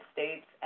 States